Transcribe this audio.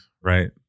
right